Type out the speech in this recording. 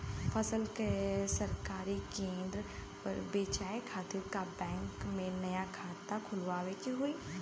फसल के सरकारी केंद्र पर बेचय खातिर का बैंक में नया खाता खोलवावे के होई?